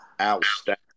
Outstanding